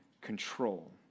control